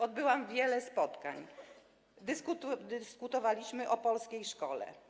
Odbyłam wiele spotkań, dyskutowaliśmy o polskiej szkole.